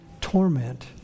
torment